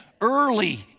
early